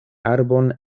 arbon